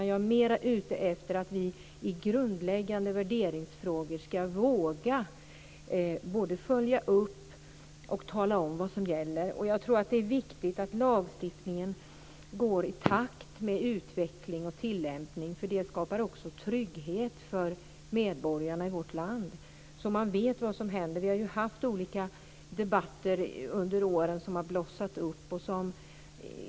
Jag är mer ute efter att vi i grundläggande värderingsfrågor skall våga både följa upp och tala om vad som gäller. Det är viktigt att lagstiftningen går i takt med utveckling och tillämpning. Det skapar också trygghet för medborgarna i vårt land så att de vet vad som händer. Vi har under åren haft olika debatter som har blossat upp.